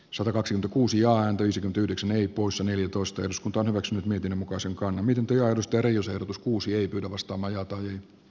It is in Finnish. satakaksi uusioan köysi pyydyksen ei puussa neljätoista jos kunto on omaksunut miten muka sankan lumikentillä muster pirttilahden ehdotus kuusi ei pyydä vastamajat on e